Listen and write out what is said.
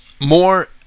more